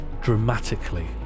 dramatically